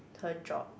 her job